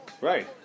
Right